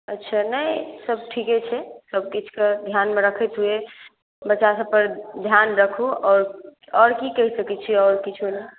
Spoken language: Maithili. अच्छा नहि सभ ठीके छै सभकिछुके ध्यानमे रखैत हुए बच्चासभ पर ध्यान रखू आओर आओर की कहि सकै छियै आओर किछो नहि